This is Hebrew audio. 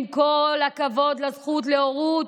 עם כל הכבוד לזכות להורות,